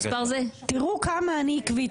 תראו כמה אני עקבית,